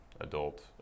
adult